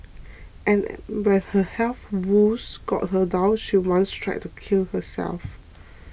and when her health woes got her down she once tried to kill herself